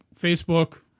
Facebook